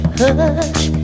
hush